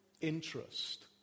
interest